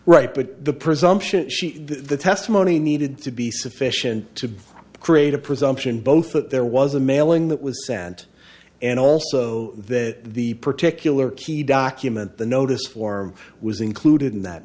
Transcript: right but the presumption she the testimony needed to be sufficient to create a presumption both that there was a mailing that was sent and also that the particular key document the notice form was included